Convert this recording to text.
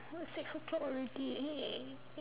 six o'clock already